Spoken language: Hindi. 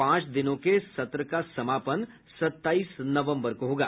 पांच दिनों के इस सत्र का समापन सताईस नवम्बर को होगा